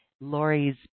Lori's